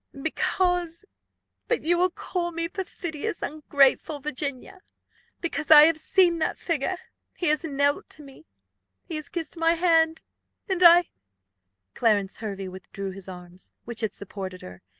because but you will call me perfidious, ungrateful virginia because i have seen that figure he has knelt to me he has kissed my hand and i clarence hervey withdrew his arms, which had supported her,